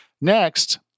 Next